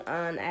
on